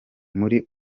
muli